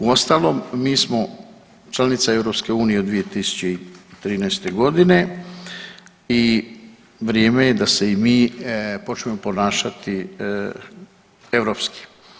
Uostalom, mi smo članica EU od 2013. godine i vrijeme je da se i mi počnemo ponašati europski.